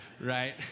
right